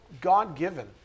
God-given